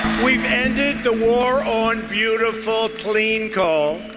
we've ended the war on beautiful, clean coal.